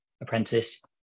apprentice